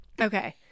Okay